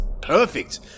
perfect